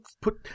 put